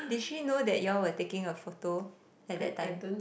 did she know that you all were taking her photo at that time